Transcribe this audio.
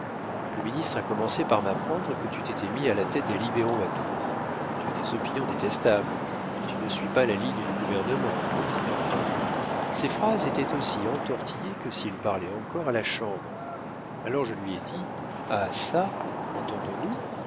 le ministre a commencé par m'apprendre que tu t'étais mis à la tête des libéraux à tours tu as des opinions détestables tu ne suis pas la ligne du gouvernement etc ses phrases étaient aussi entortillées que s'il parlait encore à la chambre alors je lui ai dit ah çà entendons-nous